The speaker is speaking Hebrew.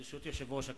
ברשות יושב-ראש הכנסת,